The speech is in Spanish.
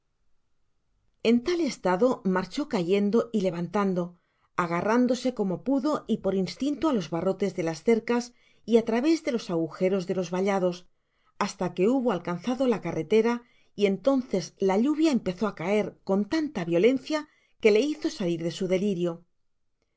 en tal estado marchó cayendo y levantando agarrándose como pudo y por instinto á los barrotes de las cercas y á través de los agujeros de los vallados hasta que hubo alcanzado la carretera y entonces la lluvia empezó á caer con tanta violencia que le hizo salir de su delirio